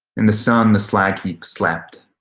in the sun the slagheap slept.